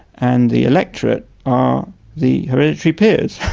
and the electorate are the hereditary peers.